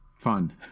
fun